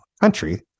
country